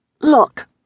Look